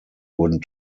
wurden